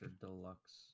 Deluxe